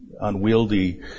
unwieldy